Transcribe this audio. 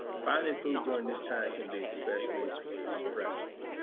finding food during this time can be especially stressful.